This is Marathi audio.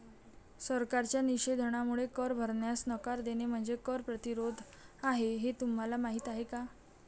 सरकारच्या निषेधामुळे कर भरण्यास नकार देणे म्हणजे कर प्रतिरोध आहे हे तुम्हाला माहीत आहे का